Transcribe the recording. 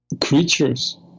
creatures